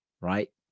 right